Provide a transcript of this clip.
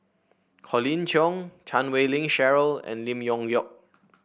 Colin Cheong Chan Wei Ling Cheryl and Lim Leong Geok